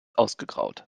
ausgegraut